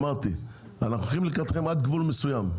אמרתי שאנחנו הולכים לקראתכם עד גבול מסוים.